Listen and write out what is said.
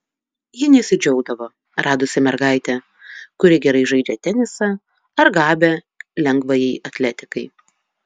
ji nesidžiaugdavo radusi mergaitę kuri gerai žaidžia tenisą ar gabią lengvajai atletikai